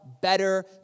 better